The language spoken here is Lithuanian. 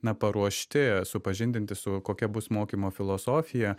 na paruošti supažindinti su kokia bus mokymo filosofija